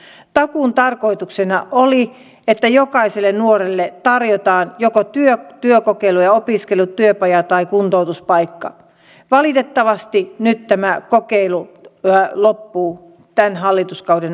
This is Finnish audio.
arvoisat ministerit kuinka te varmistatte että meidän kaikki ihmiset ovat yhdenvertaisesti tasa arvoisesti palveluiden parissa vaikka meidän nettijärjestelmää kehitetään ja entistä enemmän palveluita siirretään netin pariin